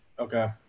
Okay